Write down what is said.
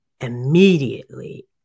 immediately